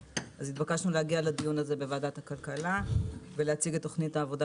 התבקשנו להגיע לדיון הזה בוועדת הכלכלה ולהציג את תוכנית העבודה